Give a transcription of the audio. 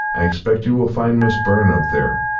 i expect you will find miss byrne up there.